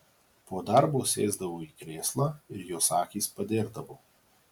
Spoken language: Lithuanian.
po darbo sėsdavo į krėslą ir jos akys padėrdavo